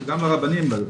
אז גם לרבנים לא ילכו,